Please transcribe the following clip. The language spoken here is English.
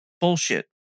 bullshit